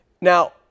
Now